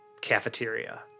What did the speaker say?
cafeteria